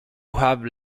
have